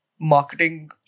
marketing